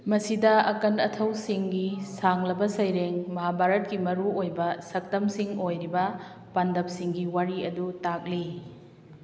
ꯃꯁꯤꯗ ꯑꯀꯟ ꯑꯊꯧꯁꯤꯡꯒꯤ ꯁꯥꯡꯂꯕ ꯁꯩꯔꯦꯡ ꯃꯍꯥꯚꯥꯔꯠꯀꯤ ꯃꯔꯨꯑꯣꯏꯕ ꯁꯛꯇꯝꯁꯤꯡ ꯑꯣꯏꯔꯤꯕ ꯄꯥꯟꯗꯕꯁꯤꯡꯒꯤ ꯋꯥꯔꯤ ꯑꯗꯨ ꯇꯥꯛꯂꯤ